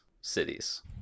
cities